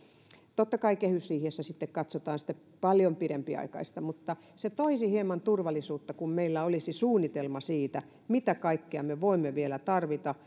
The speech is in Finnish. totta kai kehysriihessä sitten katsotaan sitä paljon pidempiaikaista mutta se toisi hieman turvallisuutta kun meillä olisi suunnitelma siitä mitä kaikkea me voimme vielä tarvita